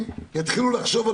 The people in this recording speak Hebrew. יתחילו לחשוב על